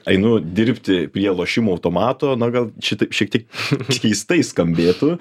einu dirbti prie lošimo automato na gal šita šiek tiek keistai skambėtų